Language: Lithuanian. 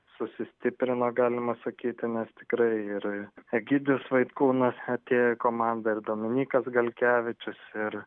sustiprino galima sakyt nes tikrai ir egidijus vaitkūnas atėjo į komandą ir dominykas galkevičius ir